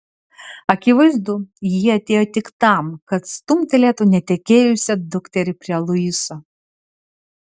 akivaizdu ji atėjo tik tam kad stumtelėtų netekėjusią dukterį prie luiso